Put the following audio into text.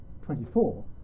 24